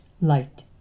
light